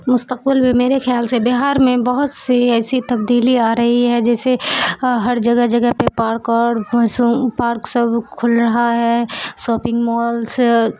مستقبل میں میرے خیال سے بہار میں بہت سی ایسی تبدیلی آ رہی ہے جیسے ہر جگہ جگہ پہ پارک اور پارک سب کھل رہا ہے شاپنگ مالس